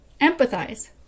Empathize